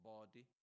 Body